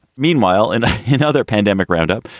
meanwhile, and in another pandemic roundup,